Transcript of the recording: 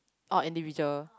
oh individual